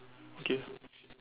okay